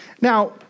Now